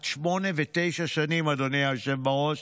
עד שמונה ותשע שנים, אדוני היושב בראש,